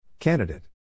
Candidate